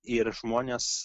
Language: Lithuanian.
ir žmonės